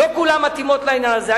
לא כולן מתאימות לעניין הזה.